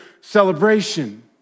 celebration